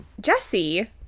Jesse